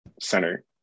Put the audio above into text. center